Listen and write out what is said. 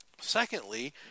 secondly